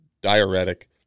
diuretic